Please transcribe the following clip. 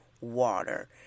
water